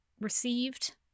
Received